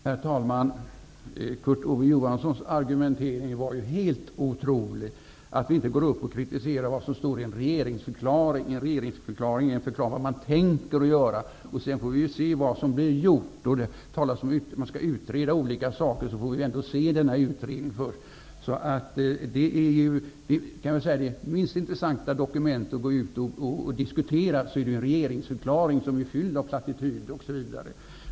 Herr talman! Kurt Ove Johanssons argumentering var ju helt otrolig. Han undrar varför vi inte stod upp och kritiserade en regeringsförklaring. En regeringsförklaring talar om vad man tänker göra, men sedan får vi se vad som blir gjort. När det talas om att man skall utreda olika saker, måste vi nog ändå vänta och se dessa utredningar först. Regeringsförklaringen är det minst intressanta dokumentet att diskutera. En sådan är ju fylld av plattityder osv.